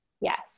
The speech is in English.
Yes